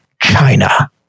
China